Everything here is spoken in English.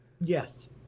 Yes